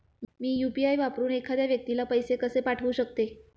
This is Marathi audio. मी यु.पी.आय वापरून एखाद्या व्यक्तीला पैसे कसे पाठवू शकते?